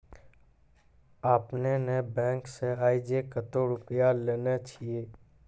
आपने ने बैंक से आजे कतो रुपिया लेने छियि?